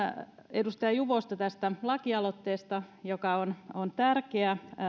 edustaja juvosta tästä lakialoitteesta joka on on tärkeä